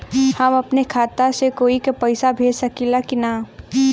हम अपने खाता से कोई के पैसा भेज सकी ला की ना?